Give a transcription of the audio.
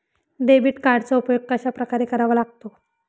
Debit कार्डचा उपयोग कशाप्रकारे करावा लागतो?